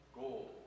gold